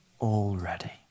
already